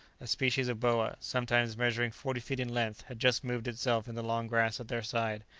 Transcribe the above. a species of boa, sometimes measuring forty feet in length, had just moved itself in the long grass at their side,